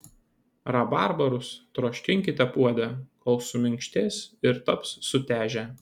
rabarbarus troškinkite puode kol suminkštės ir taps sutežę